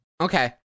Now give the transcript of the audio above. Okay